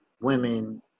women